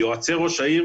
יועצי ראש העיר